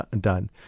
done